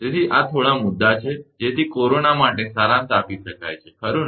તેથી આ થોડા મુદ્દા છે જેથી કોરોના માટે સારાંશ આપી શકાય છે ખરુ ને